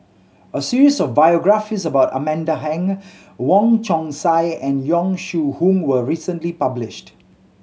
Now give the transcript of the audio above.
a series of biographies about Amanda Heng Wong Chong Sai and Yong Shu Hoong was recently published